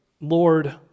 Lord